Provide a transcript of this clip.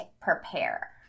prepare